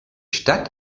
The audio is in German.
stadt